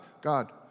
God